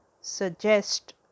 suggest